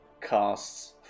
casts